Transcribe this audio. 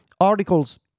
articles